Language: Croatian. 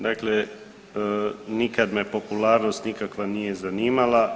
Dakle, nikad ne popularnost nikakva nije zanimala.